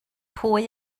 pwy